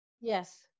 Yes